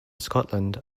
scotland